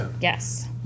Yes